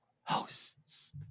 hosts